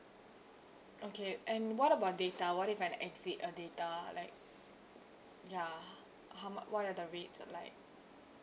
okay and what about data what if I exceed a data like ya how muc~ what are the rates like